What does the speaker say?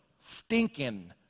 stinking